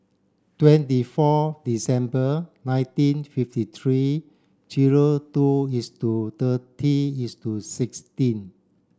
twenty four December nineteen fifty three zero two is to thirty is to sixteen